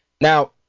Now